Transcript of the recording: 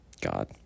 God